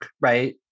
right